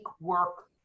work